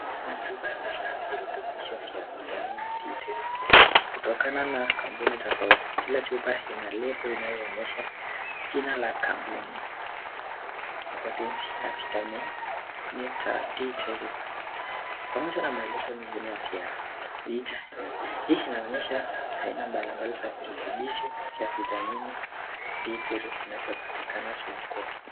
Hizi ni chupa za virutubisho vya vitamin D3 kutoka kampuni tofauti. Kila chupa ina label inayoonyesha jina la kampuni. [] na vitamin D3 pamoja na maelezo mengine ya ziada. Picha hii inaonyesha aina mbalimbali za virutubisha vya vitamini D3 vinavyopatikana sokoni.